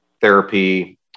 therapy